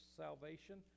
salvation